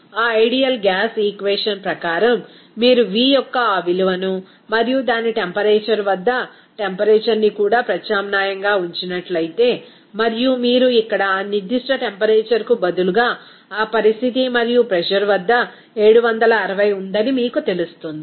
ఆ ideal gas equation ప్రకారం మీరు V యొక్క ఆ విలువను మరియు దాని టెంపరేచర్ వద్ద టెంపరేచర్ ని కూడా ప్రత్యామ్నాయంగా ఉంచినట్లయితే మరియు మీరు ఇక్కడ ఆ నిర్దిష్ట టెంపరేచర్ కు బదులుగా ఆ పరిస్థితి మరియు ప్రెజర్ వద్ద 760 ఉందని మీకు తెలుస్తుంది